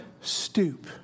stoop